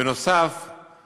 ונוסף על כך,